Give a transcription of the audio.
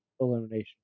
Elimination